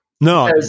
no